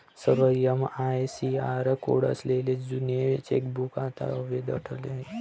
सर्व MICR code असलेले जुने चेकबुक आता अवैध ठरले आहे